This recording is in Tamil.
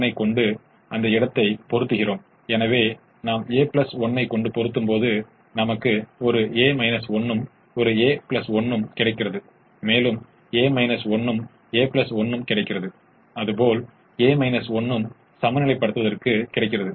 1 ஒரு சாத்தியமான 6 4 என்பது 10 6 3 என்பது 9 ஆகும் மேலும் எங்களுக்கு 6 6 கிடைக்கிறது